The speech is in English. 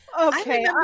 Okay